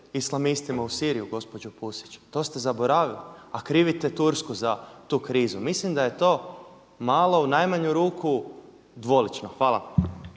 islamistima u Siriju gospođo Pusić, to ste zaboravili, a krivite Tursku za tu krizu. Mislim da je to malo u najmanju ruku dvolično. Hvala.